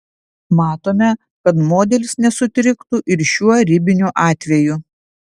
matome kad modelis nesutriktų ir šiuo ribiniu atveju